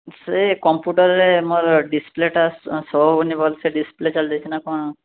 ସେ କମ୍ପ୍ୟୁଟରରେ ମୋର ଡିସପ୍ଲେଟା ସୋ ହେଉନି ଭଲସେ ଡିସପ୍ଲେ ଚାଲି ଯାଇଛି ନା କ'ଣ